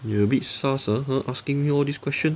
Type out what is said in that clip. you a bit sus ah asking me all this question